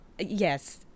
Yes